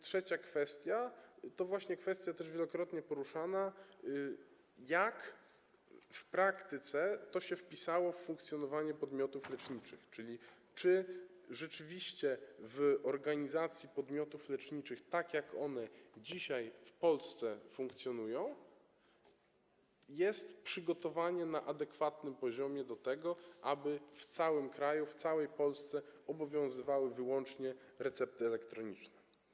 Trzecia kwestia, wielokrotnie poruszana, to jak w praktyce to się wpisało w funkcjonowanie podmiotów leczniczych, czyli czy rzeczywiście w organizacji podmiotów leczniczych, tak jak one dzisiaj w Polsce funkcjonują, przygotowanie jest na adekwatnym poziomie do tego, aby w całym kraju, w całej Polsce obowiązywały wyłącznie recepty elektroniczne.